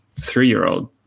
three-year-old